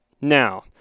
Now